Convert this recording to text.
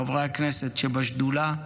חברי הכנסת שבשדולה,